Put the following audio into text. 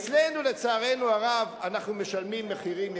אצלנו, לצערנו הרב, אנחנו משלמים מחירים יקרים.